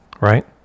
right